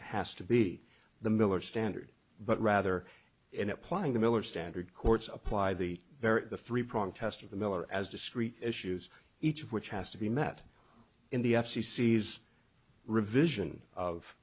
it has to be the miller standard but rather in applying the miller standard courts apply the very three prong test of the miller as discrete issues each of which has to be met in the f c c is revision of